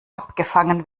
abgefangen